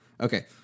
Okay